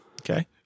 Okay